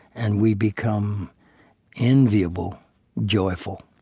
and we become enviable joyful